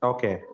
Okay